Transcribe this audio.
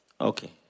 Okay